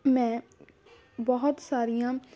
ਮੈਂ ਬਹੁਤ ਸਾਰੀਆਂ